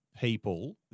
people